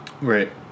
Right